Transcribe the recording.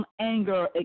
anger